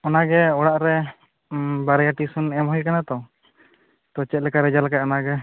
ᱚᱱᱟ ᱜᱮ ᱚᱲᱟᱜ ᱨᱮ ᱵᱟᱨᱭᱟ ᱴᱤᱭᱩᱥᱚᱱ ᱮᱢ ᱦᱩᱭ ᱟᱠᱟᱱᱟ ᱛᱚ ᱛᱳ ᱪᱮᱫ ᱞᱮᱠᱟᱭ ᱨᱮᱡᱟᱞᱴ ᱟᱠᱟᱫᱼᱟ ᱚᱱᱟ ᱜᱮ